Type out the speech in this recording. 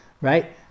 right